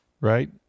right